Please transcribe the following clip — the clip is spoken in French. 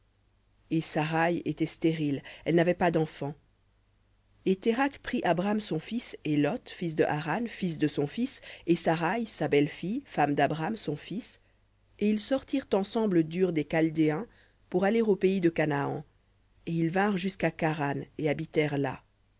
et saraï était stérile elle n'avait pas denfants et térakh prit abram son fils et lot fils de haran fils de son fils et saraï sa belle-fille femme d'abram son fils et ils sortirent ensemble d'ur des chaldéens pour aller au pays de canaan et ils vinrent jusqu'à charan et habitèrent là